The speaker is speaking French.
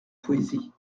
poésie